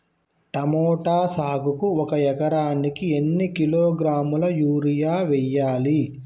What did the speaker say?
Tomato సాగుకు ఒక ఎకరానికి ఎన్ని కిలోగ్రాముల యూరియా వెయ్యాలి?